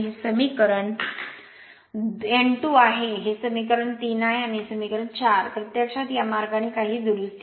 हे समीकरण n २ आहे हे समीकरण 3 आहे आणि हे समीकरण आहे 4 प्रत्यक्षात या मार्गाने काही दुरुस्ती आहे